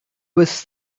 was